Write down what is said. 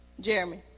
Jeremy